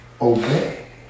Obey